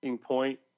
point